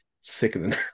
sickening